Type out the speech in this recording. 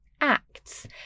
acts